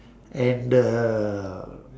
and the